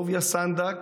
אהוביה סנדק